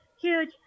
huge